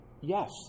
yes